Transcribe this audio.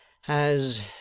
has